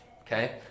okay